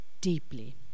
deeply